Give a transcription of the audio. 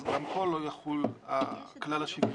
אז גם פה לא יחול הכלל השוויוני.